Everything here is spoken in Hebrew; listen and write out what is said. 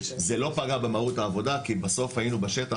זה לא פגע במהות העבודה כי בסוף היינו בשטח